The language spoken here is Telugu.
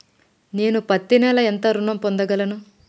నేను పత్తి నెల ఎంత ఋణం పొందగలను?